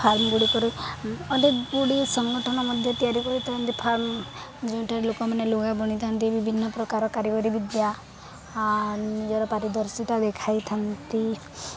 ଫାର୍ମଗୁଡ଼ିକରେ ଅନେକଗୁଡ଼ିଏ ସଂଗଠନ ମଧ୍ୟ ତିଆରି କରିଥାନ୍ତି ଫାର୍ମ ଯେଉଁଠାରେ ଲୋକମାନେ ଲୁଗା ବୁଣିଥାନ୍ତି ବିଭିନ୍ନ ପ୍ରକାର କାରିଗର ବିଦ୍ୟା ନିଜର ପାରିଦର୍ଶତା ଦେଖାଇଥାନ୍ତି